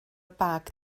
bag